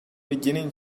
beginning